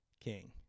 king